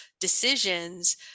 decisions